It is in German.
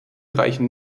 reichen